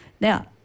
Now